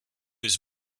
his